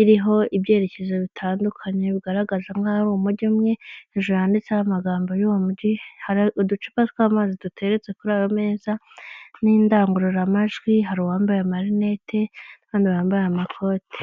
iriho ibyerekezo bitandukanye, bigaragaza nk'aho ari umujyi umwe, hejuru handitseho amagambo y'uwo mugi, hari uducupa tw'amazi duteretse kuri ayo meza, n'indangururamajwi. Hari uwambaye marinete, n'abandi bambaye amakote.